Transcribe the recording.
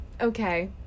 Okay